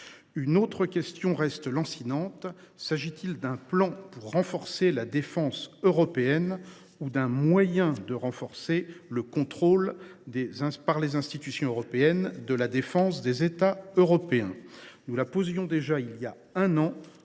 Une autre question reste lancinante : s’agit il d’un plan pour renforcer la défense européenne, ou bien d’un moyen d’accroître le contrôle, par les institutions européennes, de la défense des États européens ?